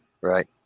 right